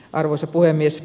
arvoisa puhemies